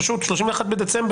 פשוט, 31 בדצמבר.